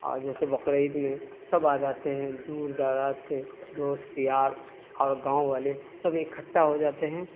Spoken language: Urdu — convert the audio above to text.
اور جیسے بقرعید میں سب آ جاتے ہیں دور دراز سے دوست یار اور گاؤں والے سب اکھٹا ہو جاتے ہیں